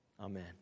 Amen